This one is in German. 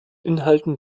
inhalten